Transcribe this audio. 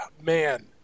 man